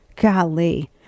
Golly